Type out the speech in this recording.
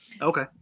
okay